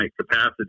capacity